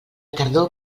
tardor